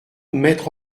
mettre